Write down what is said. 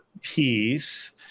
piece